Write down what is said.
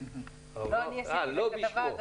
לא בשמו.